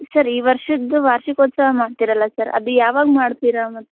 sir ಈ ವರ್ಷದ ವಾರ್ಷಿಕೋತ್ಸವ ಮಾಡ್ತಿರಲ್ಲ ಸರ್ ಅದು ಯಾವಾಗ ಮಾಡ್ತೀರ